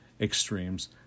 extremes